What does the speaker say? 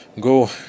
go